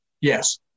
Yes